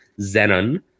Zenon